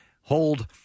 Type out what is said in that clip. hold